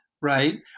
right